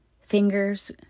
fingers